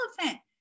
elephant